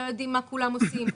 לא יודעים מה כולם עושים.